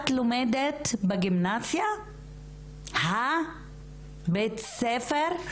את לומדת בגימנסיה הבית ספר,